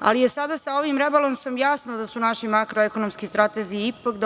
ali je sada sa ovim rebalansom jasno da su naši makroekonomski stratezi ipak